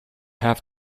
have